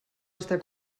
estar